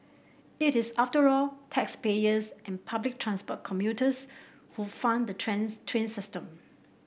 it is after all taxpayers and public transport commuters who fund the train system